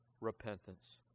repentance